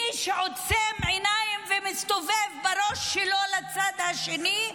מי שעוצם בעיניים ומסובב את הראש שלו לצד השני,